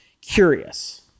curious